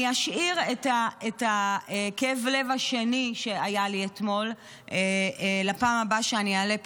אני אשאיר את כאב הלב השני שהיה לי אתמול לפעם הבאה שאני אעלה פה,